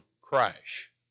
crash